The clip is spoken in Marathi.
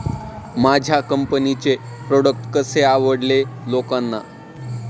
माझ्या कंपनीचे प्रॉडक्ट कसे आवडेल लोकांना?